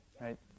right